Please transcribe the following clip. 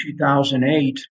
2008